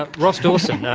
ah ross dawson,